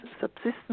subsistence